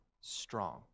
strong